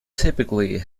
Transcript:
typically